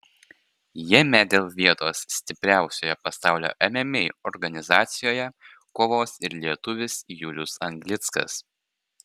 jame dėl vietos stipriausioje pasaulio mma organizacijoje kovos ir lietuvis julius anglickas